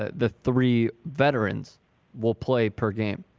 ah the three veterans will play per game